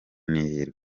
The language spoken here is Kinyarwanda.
n’ihirwe